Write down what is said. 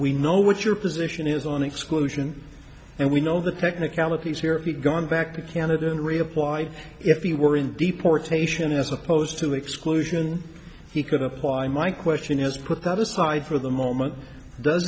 we know what your position is on exclusion and we know the technicalities here if he'd gone back to canada and reapply if he were in deportation as opposed to exclusion he could apply my question is put that aside for the moment does